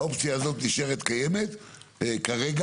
האופציה הזאת נשארת קיימת כרגע.